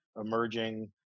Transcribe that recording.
emerging